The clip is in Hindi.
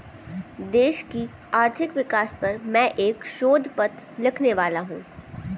देश की आर्थिक विकास पर मैं एक शोध पत्र लिखने वाला हूँ